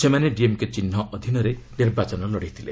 ସେମାନେ ଡିଏମ୍କେ ଚିହ୍ ଅଧୀନରେ ନିର୍ବାଚନ ଲଢ଼ୁଥିଲେ